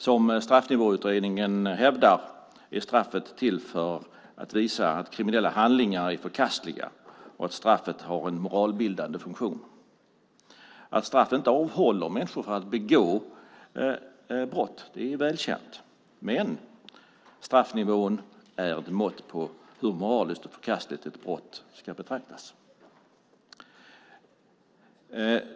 Som Straffnivåutredningen hävdar är straffet till för att visa att kriminella handlingar är förkastliga och att straffet har en moralbildande funktion. Att straff inte avhåller människor från att begå brott är välkänt, men straffnivån är ett mått på hur moraliskt förkastligt ett brott ska betraktas.